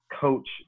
coach